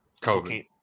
COVID